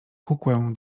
kukłę